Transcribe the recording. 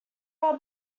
are